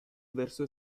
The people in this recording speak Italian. verso